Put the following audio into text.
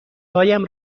هایم